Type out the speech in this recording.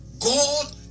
God